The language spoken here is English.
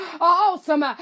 awesome